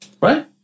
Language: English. Right